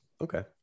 Okay